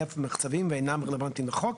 נפט ומחצבים ואינם רלוונטיים לחוק.